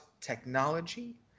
technology